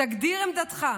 / תגדיר עמדתך.